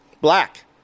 black